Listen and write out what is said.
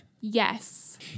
Yes